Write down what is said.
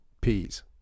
Peas